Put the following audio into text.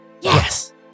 Yes